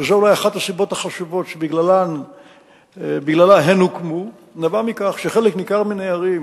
ואולי אחת הסיבות החשובות שבגללן הם הוקמו נבעה מכך שחלק ניכר מהערים